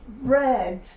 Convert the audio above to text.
red